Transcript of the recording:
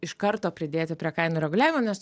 iš karto pridėti prie kainų reguliavimo nes